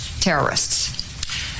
terrorists